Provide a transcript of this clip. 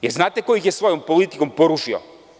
Da li znate ko ih je svojom politikom porušio?